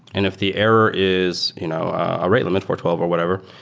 and if the error is you know a rate limit for twelve or whatever,